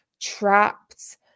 trapped